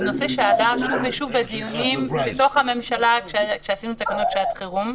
זה נושא שעלה שוב ושוב בדיונים בתוך הממשלה כשעשינו תקנות שעת חירום,